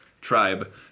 Tribe